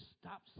stop